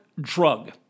drug